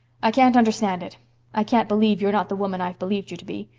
i can't understand it i can't believe you are not the woman i've believed you to be.